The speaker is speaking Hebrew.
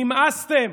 נמאסתם,